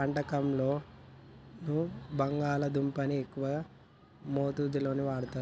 వంటకంలోనూ బంగాళాదుంపని ఎక్కువ మోతాదులో వాడుతారు